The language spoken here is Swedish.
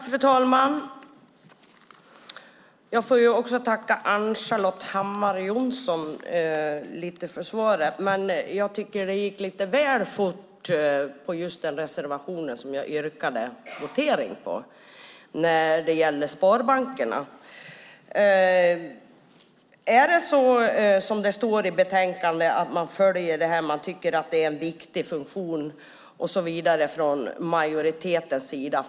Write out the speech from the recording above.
Fru talman! Jag får tacka Ann-Charlotte Hammar Johnsson lite för svaret. Men jag tycker att det gick lite väl fort när hon talade om just den reservation som jag yrkade bifall till, om sparbankerna. Är det, som det står i betänkandet, så att man följer det här och att man från majoritetens sida tycker att det är en viktig funktion?